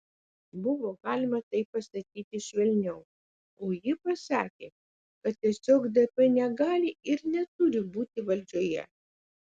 buvo galima tai pasakyti švelniau o ji pasakė kad tiesiog dp negali ir neturi būti valdžioje